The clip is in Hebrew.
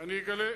לא צריך